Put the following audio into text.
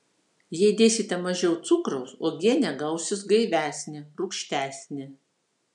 jei dėsite mažiau cukraus uogienė gausis gaivesnė rūgštesnė